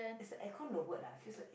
the aircon lowered ah seem like